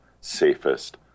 safest